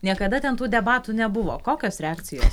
niekada ten tų debatų nebuvo kokios reakcijos